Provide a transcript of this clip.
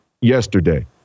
yesterday